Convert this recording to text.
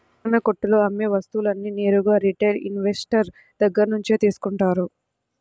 కిరణాకొట్టులో అమ్మే వస్తువులన్నీ నేరుగా రిటైల్ ఇన్వెస్టర్ దగ్గర్నుంచే తీసుకుంటాం